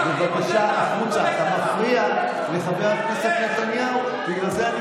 משה ארבל, פעם שנייה.